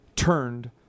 Turned